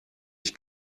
ich